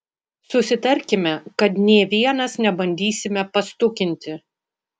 susitarkime kad nė vienas nebandysime pastukinti